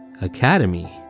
Academy